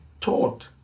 taught